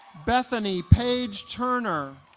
bethany paige turner